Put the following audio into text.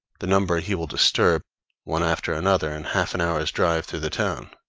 the number he will disturb one after another in half an hour's drive through the town.